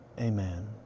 amen